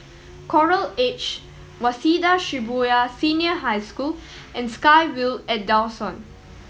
Coral Edge Waseda Shibuya Senior High School and SkyVille at Dawson